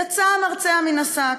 יצא המרצע מן השק.